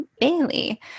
Bailey